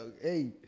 hey